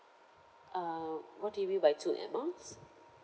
ah what do you mean by two air miles